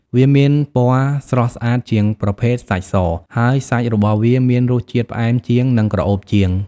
វាមានពណ៌ស្រស់ស្អាតជាងប្រភេទសាច់ស ហើយសាច់របស់វាមានរសជាតិផ្អែមជាង និងក្រអូបជាង។